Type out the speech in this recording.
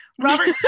Robert